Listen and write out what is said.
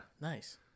nice